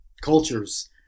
cultures